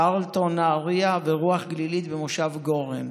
קרלטון נהריה ורוח גלילית במושב גורן.